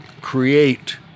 create